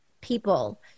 people